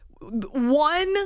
One